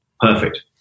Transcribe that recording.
perfect